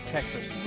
Texas